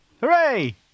Hooray